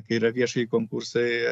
kai yra viešai konkursai